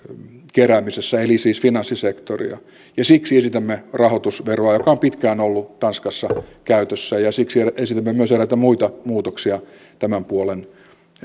keräämisessä eli siis finanssisektoria siksi esitämme rahoitusveroa joka on pitkään ollut tanskassa käytössä ja siksi esitämme myös eräitä muita muutoksia tämän puolen